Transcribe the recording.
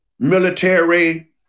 Military